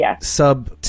sub